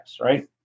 right